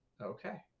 Okay